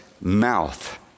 mouth